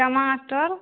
टमाटर